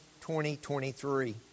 2023